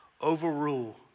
overrule